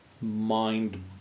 mind